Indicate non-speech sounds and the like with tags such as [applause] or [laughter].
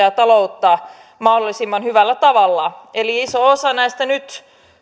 [unintelligible] ja taloutta mahdollisimman hyvällä tavalla eli iso osa näistä nyt